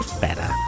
better